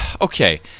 okay